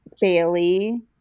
Bailey